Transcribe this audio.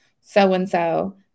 so-and-so